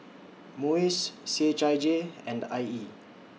Muis C H I J and I E